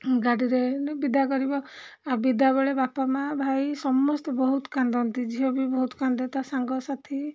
ଗାଡ଼ିରେ ବିଦା କରିବ ଆଉ ବିଦା ବେଳେ ବାପା ମା' ଭାଇ ସମସ୍ତେ ବହୁତ କାନ୍ଦନ୍ତି ଝିଅ ବି ବହୁତ କାନ୍ଦେ ତା' ସାଙ୍ଗସାଥି